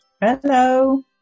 Hello